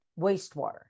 wastewater